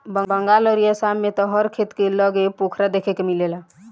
बंगाल अउरी आसाम में त हर खेत के लगे पोखरा देखे के मिलेला